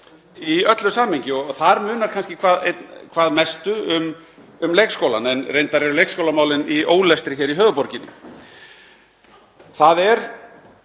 í öllu samhengi. Þar munar kannski hvað mestu um leikskólann en reyndar eru leikskólamálin í ólestri hér í höfuðborginni. Það er